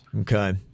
Okay